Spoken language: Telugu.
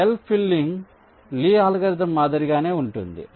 సెల్ ఫిల్లింగ్ లీ అల్గోరిథం మాదిరిగానే ఉంటుంది